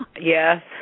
Yes